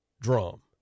drum